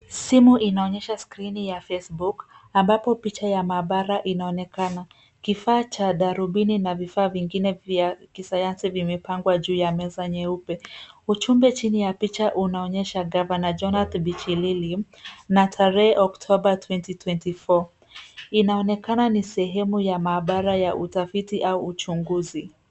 skirini ya mtandao wa kijamii wa facebook ambapo picha ya mahabara inaonekana. Kifaa cha darubini na vifaa vinginne vya kisayansi vimepangwa juu ya meza nyeupe. Ujumbe chini ya picha unaonyesha ni akaunti ya bwana Jonathan Bii. inaonekan ni sehemu ya mahabara au utafiti.